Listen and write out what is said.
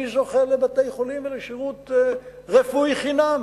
מי זוכה לבתי-חולים ולשירות רפואי חינם,